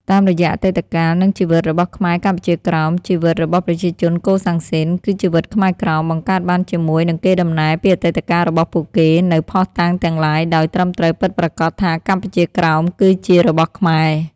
តាមរយៈអតីតកាល និងជីវិតរបស់ខ្មែរកម្ពុជាក្រោម ជីវិតរបស់ប្រជាជនកូសាំងស៊ីន គឺជីវិតខ្មែរក្រោម បង្កើតបានជាមួយនិងកេរដំណែលពីអតីតកាលរបស់ពួកគេ នូវភស្តុតាងទាំងឡាយដោយត្រឹមត្រូវពិតប្រាកដថា កម្ពុជាក្រោម គឺជារបស់ខ្មែរ ។